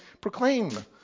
proclaim